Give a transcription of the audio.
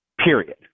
period